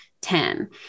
ten